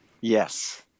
yes